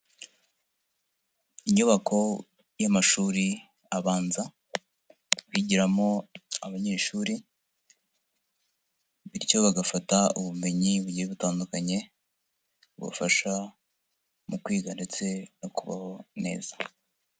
Inyubako y'amashuri abanza bigiramo abanyeshuri bityo bagafata ubumenyi bugiye butandukanye bubafasha mu kwiga ndetse no kubaho neza.